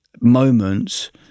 moments